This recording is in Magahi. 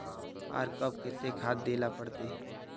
आर कब केते खाद दे ला पड़तऐ?